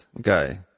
guy